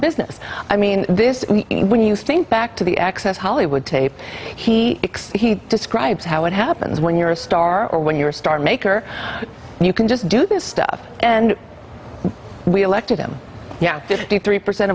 business i mean this when you think back to the access hollywood tape he describes how it happens when you're a star or when you're a star maker you can just do this stuff and we elect yeah fifty three percent